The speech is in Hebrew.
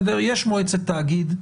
יש מועצת תאגיד,